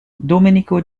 domenico